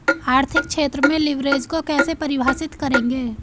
आर्थिक क्षेत्र में लिवरेज को कैसे परिभाषित करेंगे?